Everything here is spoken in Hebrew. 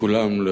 את כולן,